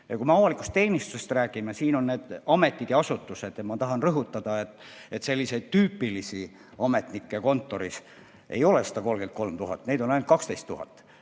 Kui me avalikust teenistusest räägime, siin on need ametid ja asutused, siis ma tahan rõhutada, selliseid tüüpilisi ametnikke kontoris ei ole 133 000, neid on ainult 12 000.